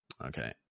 Okay